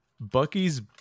Bucky's